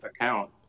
account